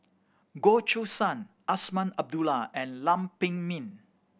Goh Choo San Azman Abdullah and Lam Pin Min